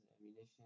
ammunition